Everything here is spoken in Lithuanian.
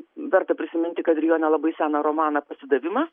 verta prisiminti kad ir jo nelabai seną romaną pasidavimą